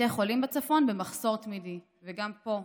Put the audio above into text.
בתי חולים בצפון במחסור תמידי, וגם פה,